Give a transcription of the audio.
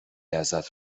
ازت